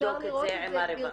אבדוק את זה עם הרווחה.